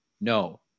No